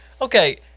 Okay